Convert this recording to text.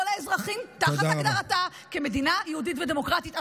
האזרחים תחת הגדרתה כמדינה יהודית ודמוקרטית.